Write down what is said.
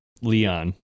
leon